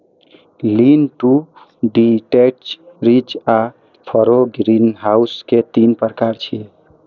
lean to detached, ridge आ furrow greenhouse के तीन प्रकार छियै